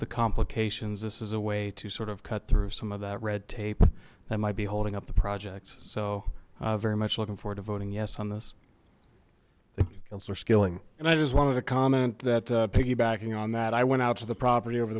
the complications this is a way to sort of cut through some of that red tape that might be holding up the project so very much looking forward to voting yes on this the skilling and i just wanted to comment that piggybacking on that i went out to the property over